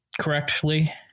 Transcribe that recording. correctly